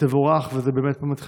תבורך, וזה באמת באמת חשוב.